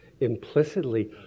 implicitly